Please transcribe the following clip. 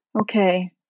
Okay